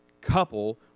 couple